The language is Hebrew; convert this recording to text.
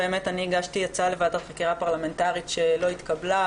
אני הגשתי בקשה להצעת ועדת חקירה פרלמנטרית שלא התקבלה,